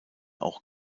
auch